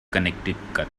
connecticut